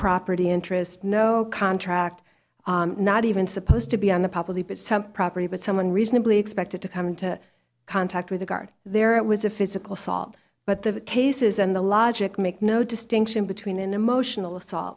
property interest no contract not even supposed to be on the property but some property but someone reasonably expected to come into contact with a guard there it was a physical saw but the cases and the logic make no distinction between an emotional assault